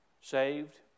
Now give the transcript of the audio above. saved